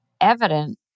evident